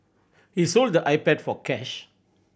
he sold the iPad for cash